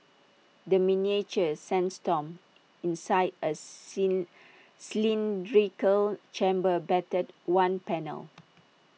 A miniature sandstorm inside A slim cylindrical chamber battered one panel